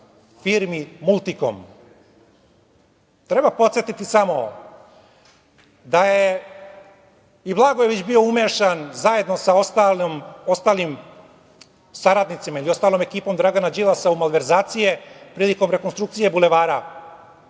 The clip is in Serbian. firmi „Multikom“.Treba podsetiti samo da je i Blagojević bio umešan zajedno sa ostalim saradnicima ili ostalom ekipom Dragana Đilasa u malverzacijama prilikom rekonstrukcije bulevara,